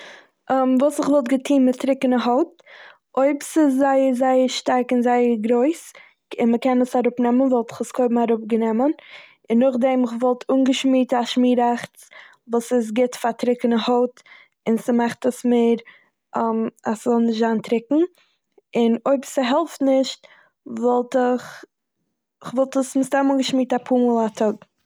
וואס כ'וואלט געטוהן מיט טריקענע הויט. אויב ס'זייער זייער שטארק און ס'זייער גרויס ק- און מ'קען עס אראפנעמען וואלט איך עס קודם אראפגענומען, און נאכדעם כ'וואלט אנגעשמירט א שמיראכץ וואס איז גוט פאר טריקענע הויט און ס'מאכט עס מער אז ס'זאל נישט זיין טריקן, און אויב ס'העלפט נישט וואלט איך- כ'וואלט עס מסתם אנגעשמירט אפאר מאל א טאג.